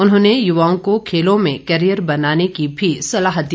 उन्होंने युवाओं को खेलों में कैरियर बनाने की भी सलाह दी